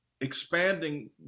expanding